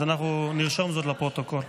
אז אנחנו נרשום זאת בפרוטוקול.